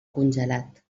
congelat